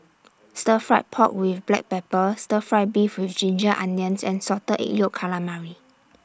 Stir Fry Pork with Black Pepper Stir Fry Beef with Ginger Onions and Salted Egg Yolk Calamari